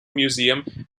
museum